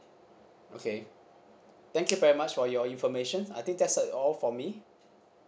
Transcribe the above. okay thank you very much for your information I think that's all for me